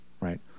right